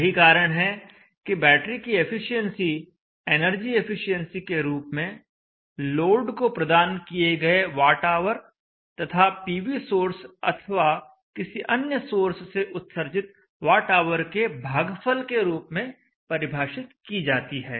यही कारण है कि बैटरी की एफिशिएंसी एनर्जी एफिशिएंसी के रूप में लोड को प्रदान किए गए वॉट ऑवर तथा पीवी सोर्स अथवा किसी अन्य सोर्स से उत्सर्जित वॉट ऑवर के भागफल के रूप में परिभाषित की जाती है